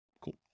Cool